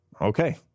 Okay